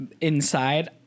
inside